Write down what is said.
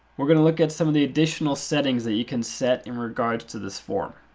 we're going to look at some of the additional settings that you can set in regards to this form.